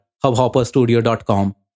hubhopperstudio.com